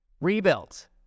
Rebuilt